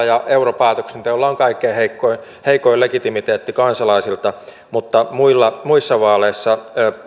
ja europäätöksenteolla on kaikkein heikoin legitimiteetti kansalaisilta mutta muissa vaaleissa